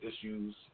issues